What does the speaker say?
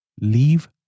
Leave